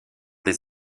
des